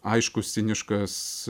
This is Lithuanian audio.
aiškus ciniškas